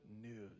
news